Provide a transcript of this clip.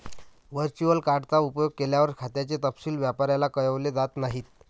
virtual card चा उपयोग केल्यावर, खात्याचे तपशील व्यापाऱ्याला कळवले जात नाहीत